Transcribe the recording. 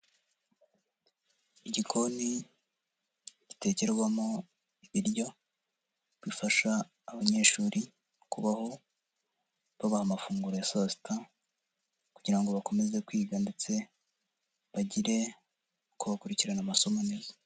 Igikoni gitekerwamo ibiryo bifasha abanyeshuri kubaho, babaha amafunguro ya saa sita kugira ngo bakomeze kwiga ndetse bagire uko bakurikirana amasomo neza.